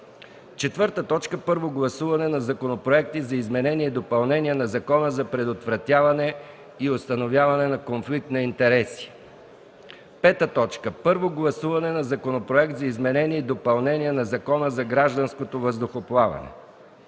4. Първо гласуване на законопроекти за изменение и допълнение на Закона за предотвратяване и установяване на конфликт на интереси. 5. Първо гласуване на Законопроекта за изменение и допълнение на Закона за гражданското въздухоплаване.